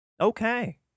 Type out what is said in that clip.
Okay